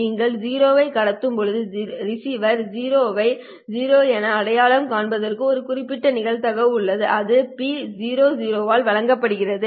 நீங்கள் 0 ஐ கடத்தும் போது ரிசீவர் 0 ஐ 0 என அடையாளம் காண்பதற்கான ஒரு குறிப்பிட்ட நிகழ்தகவு உள்ளது அது P 0 | 0 ஆல் வழங்கப்படுகிறது